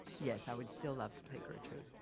yes. i would still love to play gertrude.